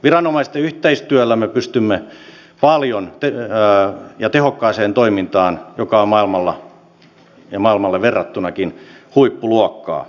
viranomaisten yhteistyöllä me pystymme tehokkaaseen toimintaan joka on maailmalla ja maailmaan verrattunakin huippuluokkaa